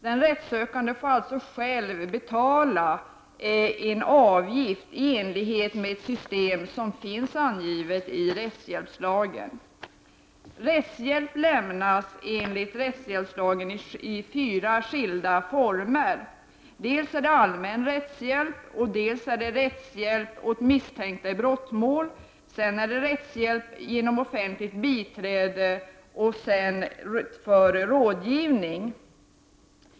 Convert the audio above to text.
Den rättssökande får alltså själv betala en avgift i enlighet med ett system som finns angivet i rätthjälpslagen. Rättshjälp lämnas enligt rättshjälpslagen i fyra skilda former: allmän rättshjälp, rättshjälp åt misstänkta i brottmål, rättshjälp genom offentligt biträde samt rådgivning.